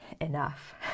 enough